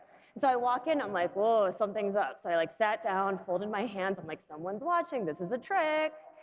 so i walk in i'm like whoa something's up so i like sat down and folded my hands i'm like someone's watching, this is a trick.